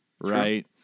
Right